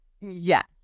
Yes